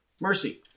mercy